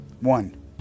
One